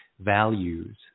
values